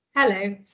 Hello